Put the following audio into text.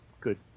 good